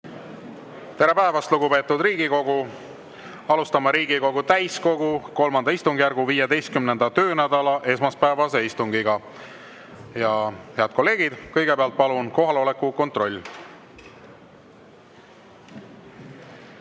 Tere päevast, lugupeetud Riigikogu! Alustame Riigikogu täiskogu III istungjärgu 15. töönädala esmaspäevast istungit. Head kolleegid, kõigepealt palun kohaloleku kontroll!